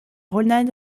ronald